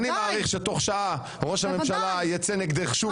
אני מעריך שתוך שעה ראש הממשלה יצא נגדך שוב,